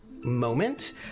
moment